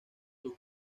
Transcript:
sus